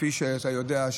כפי שאתה יודע,